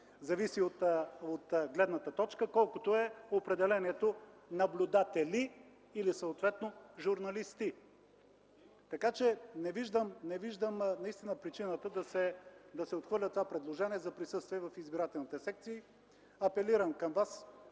зависи от гледната точка, колкото е определението „наблюдатели” или съответно „журналисти”. Така че не виждам причина да се отхвърля предложението за присъствие в избирателните секции. Апелирам да